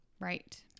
right